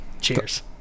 Cheers